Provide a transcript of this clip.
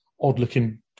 odd-looking